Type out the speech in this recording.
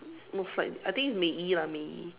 most likely I think it's Mei-Yi lah Mei-Yi